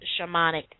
shamanic